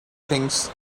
things